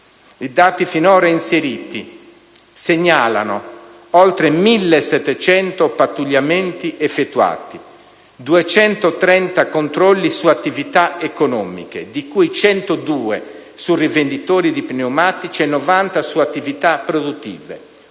I dati finora inseriti segnalano oltre 1.700 pattugliamenti effettuati, 230 controlli su attività economiche, di cui 102 su rivenditori di pneumatici e 90 su attività produttive,